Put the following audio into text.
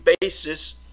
basis